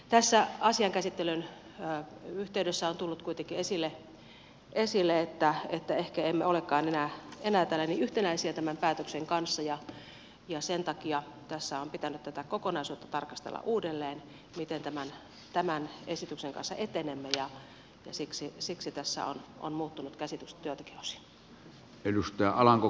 tässä asian käsittelyn yhteydessä on tullut kuitenkin esille että ehkä emme olekaan enää täällä niin yhtenäisiä tämän päätöksen kanssa ja sen takia tässä on pitänyt tätä kokonaisuutta tarkastella uudelleen miten tämän esityksen kanssa etenemme ja siksi tässä ovat muuttuneet käsitykset joiltakin osin